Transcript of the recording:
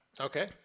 okay